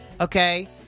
Okay